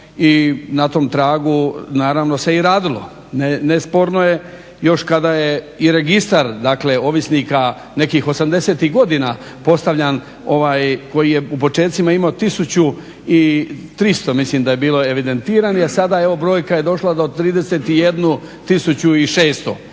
i na tom tragu naravno se i radilo. Nesporno je još kada je i registar ovisnika nekih '80-ih godina postavljen koji je u počecima imao tisuću i 300 mislim da je bilo evidentiranih, a sada evo brojka je došla do 31